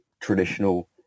traditional